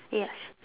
yes